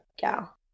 gal